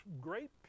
great